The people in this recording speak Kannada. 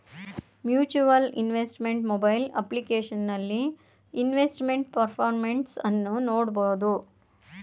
ಮ್ಯೂಚುವಲ್ ಇನ್ವೆಸ್ಟ್ಮೆಂಟ್ ಮೊಬೈಲ್ ಅಪ್ಲಿಕೇಶನಲ್ಲಿ ಇನ್ವೆಸ್ಟ್ಮೆಂಟ್ ಪರ್ಫಾರ್ಮೆನ್ಸ್ ಅನ್ನು ನೋಡ್ಬೋದು